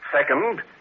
Second